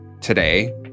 Today